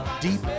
deep